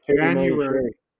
January